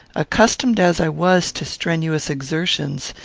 accustomed as i was to strenuous exertions,